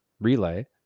Relay